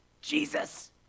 Jesus